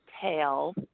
tail